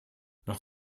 nach